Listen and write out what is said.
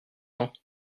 temps